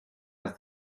has